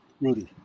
rudy